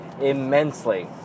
immensely